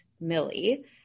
Millie